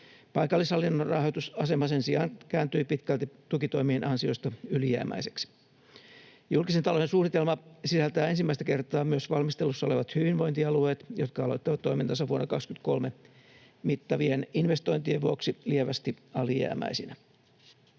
Paikallishallinnon rahoitusasema sen sijaan kääntyi pitkälti tukitoimien ansiosta ylijäämäiseksi. Julkisen talouden suunnitelma sisältää ensimmäistä kertaa myös valmistelussa olevat hyvinvointialueet, jotka aloittavat toimintansa vuonna 23 mittavien investointien vuoksi lievästi alijäämäisinä.